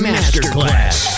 Masterclass